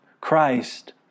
Christ